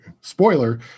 spoiler